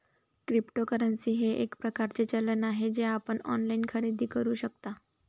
cryptocurrency हे एक प्रकारचे चलन आहे जे आपण ऑनलाइन खरेदी करू शकता